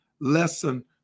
lesson